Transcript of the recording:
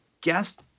guest